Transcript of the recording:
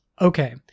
Okay